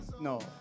no